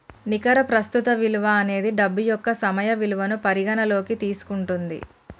నికర ప్రస్తుత విలువ అనేది డబ్బు యొక్క సమయ విలువను పరిగణనలోకి తీసుకుంటది